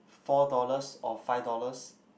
four dollars or five dollars